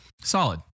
solid